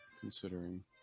considering